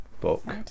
book